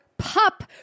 Pup